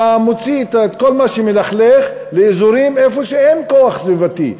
אתה מוציא את כל מה שמלכלך לאזורים שבהם אין כוח סביבתי,